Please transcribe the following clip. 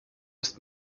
ist